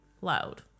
loud